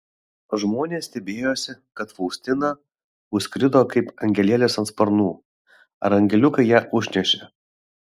žmonės stebėjosi kad faustina užskrido kaip angelėlis ant sparnų ar angeliukai ją užnešė